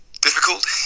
difficult